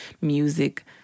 music